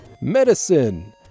Medicine